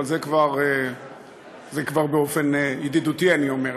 אבל זה כבר באופן ידידותי אני אומר לך.